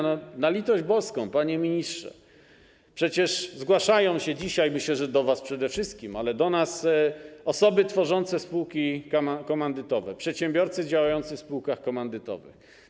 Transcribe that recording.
Na litość boską, panie ministrze, przecież zgłaszają się dzisiaj - myślę, że do was przede wszystkim, ale do nas też - osoby tworzące spółki komandytowe, przedsiębiorcy działający w spółkach komandytowych.